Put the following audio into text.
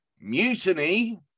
Mutiny